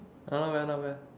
not bad not bad